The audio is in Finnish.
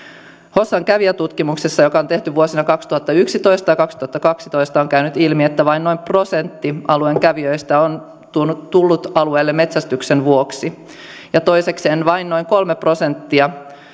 hossan kävijätutkimuksessa joka on tehty vuosina kaksituhattayksitoista viiva kaksituhattakaksitoista on käynyt ilmi että vain noin prosentti alueen kävijöistä on tullut alueelle metsästyksen vuoksi ja toisekseen vain noin kolme prosenttia